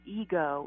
ego